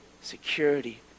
security